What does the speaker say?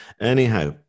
anyhow